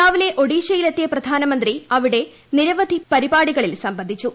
രാവിലെ ഒഡീഷയിലെത്തിയ പ്രധാനമന്ത്രി അവിടെ നിരവധി പരിപാടികളിൽ സംബന്ധിച്ചു